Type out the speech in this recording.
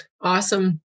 Awesome